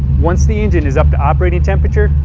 once the engine is up to operating temperature,